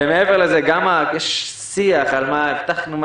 מעבר לזה, יש שיח על מה שהבטחנו.